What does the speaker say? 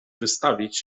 wystawić